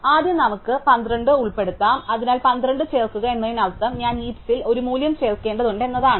ആദ്യം നമുക്ക് 12 ഉൾപ്പെടുത്താം അതിനാൽ 12 ചേർക്കുക എന്നതിനർത്ഥം ഞാൻ ഹീപ്സിൽ ഒരു മൂല്യം ചേർക്കേണ്ടതുണ്ട് എന്നാണ്